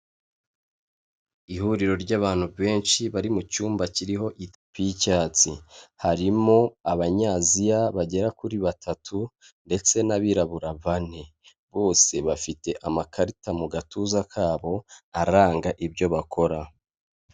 Ihuriro ry'abantu benshi bari mucyumba kiriho itapi y'icyatsi, harimo abanyaziya bagera kuri batatu ndetse n'abirabura bane, bose bafite amakarita mu gatuza kabo aranga ibyo bakora.